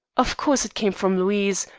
of course it came from louise,